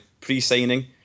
pre-signing